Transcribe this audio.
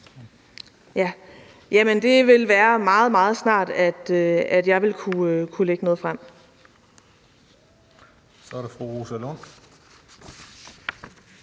Det vil være meget, meget snart, at jeg vil kunne lægge noget frem.